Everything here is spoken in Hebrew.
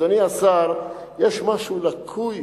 אדוני השר, יש משהו לקוי